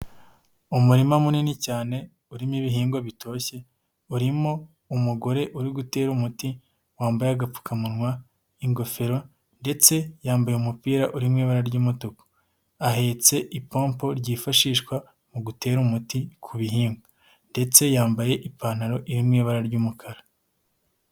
Umurima munini cyane urimo ibihingwa bitoshye, urimo umugore uri gutera umuti wambaye agapfukamunwa, ingofero, ndetse yambaye umupira urimo ibara ry'umutuku, ahetse ipompo ryifashishwa mu gutera umuti ku bihingwa, ndetse yambaye ipantaro iri mu ibara ry'umukara.